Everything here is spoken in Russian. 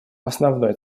основной